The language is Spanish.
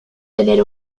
tener